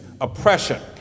oppression